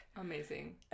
Amazing